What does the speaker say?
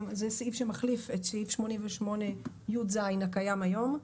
זה סעיף שמחליף את סעיף 88יז הקיים היום.